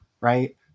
Right